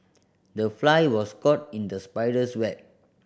the fly was caught in the spider's web